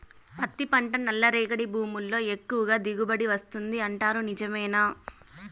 పత్తి పంట నల్లరేగడి భూముల్లో ఎక్కువగా దిగుబడి వస్తుంది అంటారు నిజమేనా